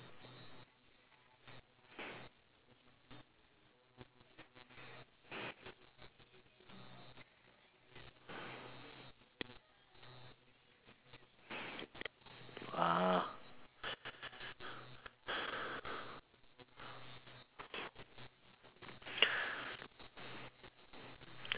ah